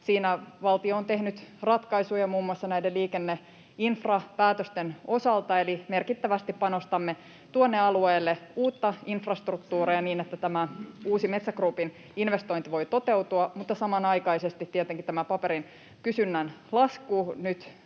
siinä valtio on tehnyt ratkaisuja muun muassa näiden liikenneinfrapäätösten osalta. Eli merkittävästi panostamme tuonne alueelle uutta infrastruktuuria niin, että tämä uusi Metsä Groupin investointi voi toteutua, mutta samanaikaisesti tietenkin tämä paperin kysynnän lasku nyt